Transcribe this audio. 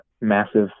massive